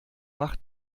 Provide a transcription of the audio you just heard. macht